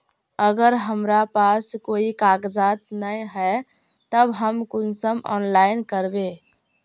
अगर हमरा पास कोई कागजात नय है तब हम कुंसम ऑनलाइन करबे?